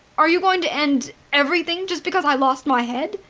are you going to end. everything. just because i lost my head?